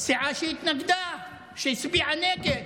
סיעה שהתנגדה, שהצביעה נגד.